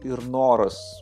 ir noras